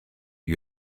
you